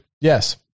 Yes